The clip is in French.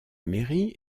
mairie